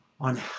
on